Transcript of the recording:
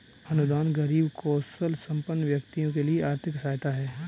अनुदान गरीब कौशलसंपन्न व्यक्तियों के लिए आर्थिक सहायता है